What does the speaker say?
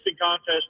contest